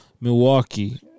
Milwaukee